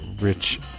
rich